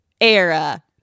era